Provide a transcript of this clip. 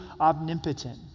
omnipotent